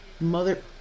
mother